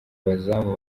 abazamu